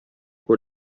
con